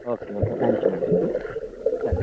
okay okay thank you అండి thank you